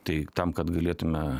tai tam kad galėtume